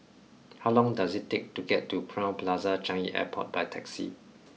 how long does it take to get to Crowne Plaza Changi Airport by taxi